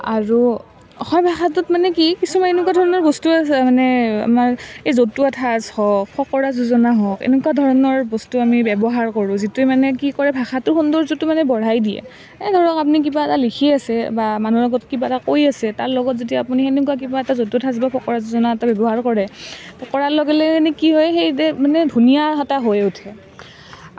আৰু অসমীয়া ভাষাটোত মানে কি কিছুমান এনেকুৱা ধৰণৰ বস্তু আছে মানে আমাৰ এই যতুৱা ঠাঁচ হওক ফকৰা যোজনা হওক এনেকুৱা ধৰণৰ বস্তু আমি ব্যৱহাৰ কৰোঁ যিটো মানে ধৰক ভাষাটোৰ সৌন্দৰ্যটো মানে বঢ়াই দিয়ে এই ধৰক আপুনি কিবা এটা লিখি আছে বা মানুহৰ আগত কিবা এটা কৈ আছে তাৰ লগত যদি আপুনি সেনেকুৱা কিবা এটা জতুৱা ঠাঁচ বা ফকৰা যোজনা ব্যৱহাৰ কৰে কৰাৰ লগে লগে মানে কি হয় মানে ধুনীয়া এটা হৈ পৰে